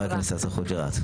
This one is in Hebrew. חבר הכנסת חוג'יראת.